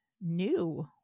new